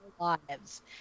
lives